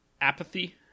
apathy